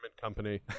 company